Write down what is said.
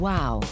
Wow